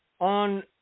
on